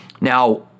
Now